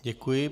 Děkuji.